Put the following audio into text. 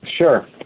Sure